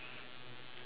mm